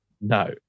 No